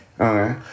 Okay